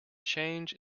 change